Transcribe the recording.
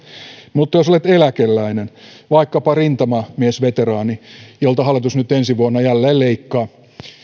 mutta jos olet eläkeläinen vaikkapa rintamamiesveteraani jolta hallitus nyt ensi vuonna jälleen leikkaa